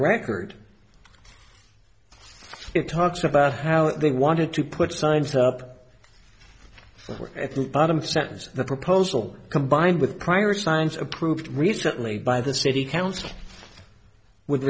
record it talks about how they wanted to put signs up at the bottom of sentences that proposal combined with prior signs approved recently by the city council would